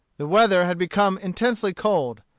the weather had become intensely cold.